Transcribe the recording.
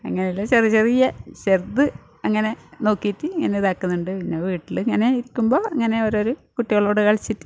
അങ്ങനെയുള്ള ചെറിയ ചെറിയ ചെറുത് അങ്ങനെ നോക്കിയിട്ട് ഇങ്ങനെ ഇതാക്കുന്നുണ്ട് പിന്നെ വീട്ടിൽ ഇങ്ങനെ ഇരിക്കുമ്പോൾ ഇങ്ങനെ ഓരോരോ കുട്ടികളോട് കളിച്ചിട്ട്